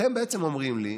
אתם בעצם אומרים לי: